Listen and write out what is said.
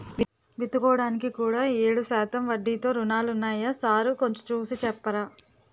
విత్తుకోడానికి కూడా ఏడు శాతం వడ్డీతో రుణాలున్నాయా సారూ కొంచె చూసి సెప్పరా